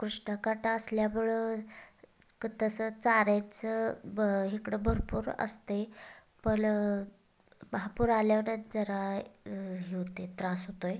कृष्णकाठ असल्यामुळं क तसं चाऱ्याचं ब हिकडं भरपूर असतं आहे पलं महापूर आल्यावनच जरा हे होतं आहे त्रास होतो आहे